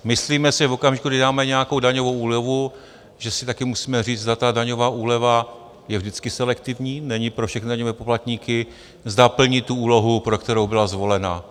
Myslíme si v okamžiku, kdy máme nějakou daňovou úlevu, že si také musíme říct, zda ta daňová úleva je vždycky selektivní, není pro všechny daňové poplatníky, zda plní tu úlohu, pro kterou byla zvolena.